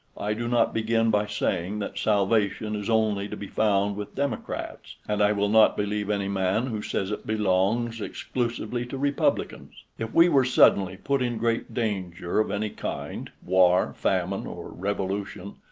i do not begin by saying that salvation is only to be found with democrats, and i will not believe any man who says it belongs exclusively to republicans. if we were suddenly put in great danger of any kind, war, famine, or revolution,